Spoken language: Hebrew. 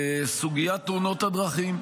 בסוגית תאונות הדרכים.